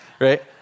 right